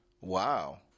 Wow